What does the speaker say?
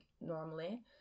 normally